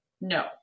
No